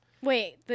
Wait